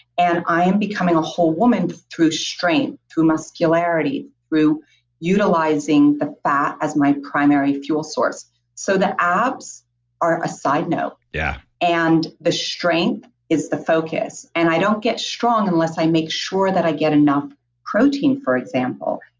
and i am becoming a whole woman through strength, through muscularity, through utilizing the fat as my primary fuel source so that abs are a side note yeah and the strength is the focus. and i don't get strong unless i make sure that i get enough protein for example.